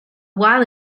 while